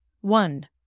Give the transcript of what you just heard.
One